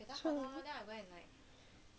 keep on shaving now